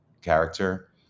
character